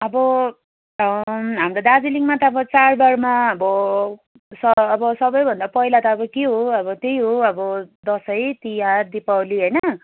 अब हाम्रो दार्जिलिङमा त अब चाडबाडमा अब स अब सबभन्दा पहिला त अब के हो अब त्यही हो अब दसैँ तिहार दीपावली होइन